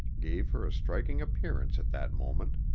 gave her a striking appearance at that moment.